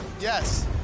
yes